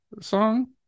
song